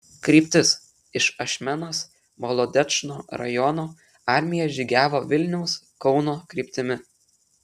kryptis iš ašmenos molodečno rajono armija žygiavo vilniaus kauno kryptimi